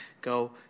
go